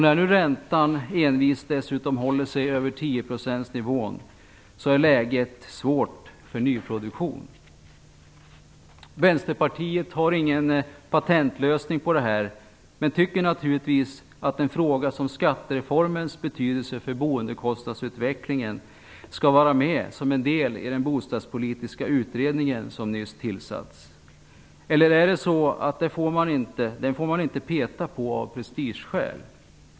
När nu räntan dessutom envist håller sig över 10-procentsnivån är läget svårt för nyproduktion. Vänsterpartiet har ingen patentlösning men tycker naturligtvis att en fråga som skattereformens betydelse för boendekostnadsutvecklingen skall tas upp i den bostadspolitiska utredningen som nyss har tillsatts. Eller är det så att man inte får peta på den av prestigeskäl?